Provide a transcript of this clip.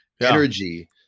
energy